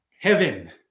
Heaven